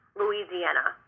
louisiana